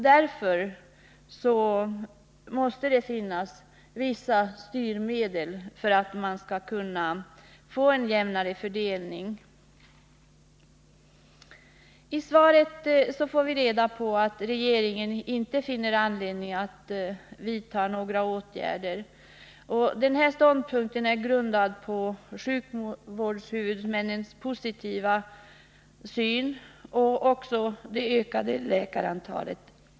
Det måste alltså finnas vissa styrmedel för att man skall kunna få en jämnare fördelning. I svaret får vi reda på att regeringen inte finner anledning att vidta några åtgärder. Den ståndpunkten är grundad på sjukvårdshuvudmännens positiva syn och på det ökade läkarantalet.